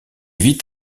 vit